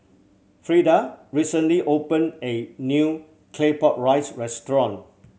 Freda recently opened A new Claypot Rice restaurant